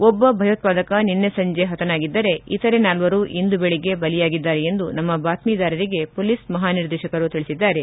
ಒಬ್ಬ ಭಯೋತ್ವಾದಕ ನಿನ್ನೆ ಸಂಜೆ ಹತನಾಗಿದ್ದರೆ ಇತರೆ ನಾಲ್ವರು ಇಂದು ಬೆಳಿಗ್ಗೆ ಬಲಿಯಾಗಿದ್ದಾರೆ ಎಂದು ನಮ್ಮ ಬಾತ್ಮೀದಾರರಿಗೆ ಪೊಲೀಸ್ ಮಹಾನಿರ್ದೇಶಕರು ತಿಳಿಸಿದ್ದಾರೆ